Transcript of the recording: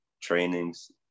trainings